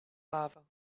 lava